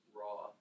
raw